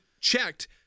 checked